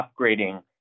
upgrading